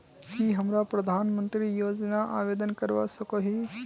की हमरा प्रधानमंत्री योजना आवेदन करवा सकोही?